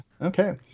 okay